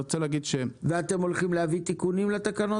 אתם הולכים להביא תיקונים לתקנות הללו?